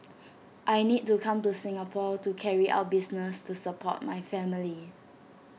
I need to come to Singapore to carry out business to support my family